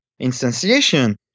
instantiation